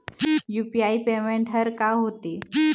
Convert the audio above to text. UPI payment हर का होते?